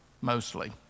mostly